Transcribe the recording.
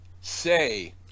Say